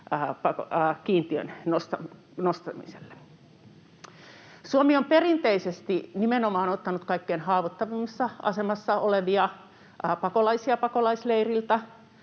kiintiön nostamiselle. Suomi on perinteisesti ottanut nimenomaan kaikkein haavoittuvimmassa asemassa olevia pakolaisia pakolaisleiriltä: